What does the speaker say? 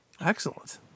excellent